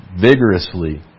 vigorously